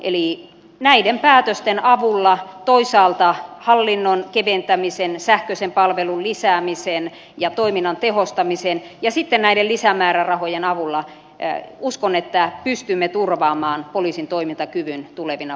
eli näiden päätösten avulla toisaalta hallinnon keventämisen sähköisen palvelun lisäämisen ja toiminnan tehostamisen ja sitten näiden lisämäärärahojen avulla uskon että pystymme turvaamaan poliisin toimintakyvyn tulevina vuosina